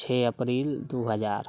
छओ अप्रिल दू हजार